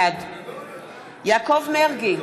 בעד יעקב מרגי,